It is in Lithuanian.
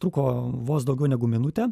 truko vos daugiau negu minutę